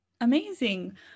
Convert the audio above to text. Amazing